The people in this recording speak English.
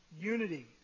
Unity